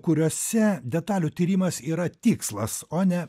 kuriose detalių tyrimas yra tikslas o ne